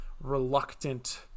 reluctant